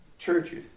Churches